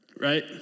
right